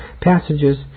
passages